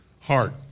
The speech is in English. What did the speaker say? heart